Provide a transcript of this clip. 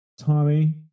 Tommy